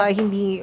hindi